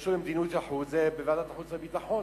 קשור במדיניות החוץ, זה בוועדת החוץ והביטחון.